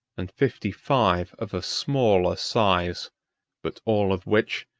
and fifty-five of a smaller size but all of which,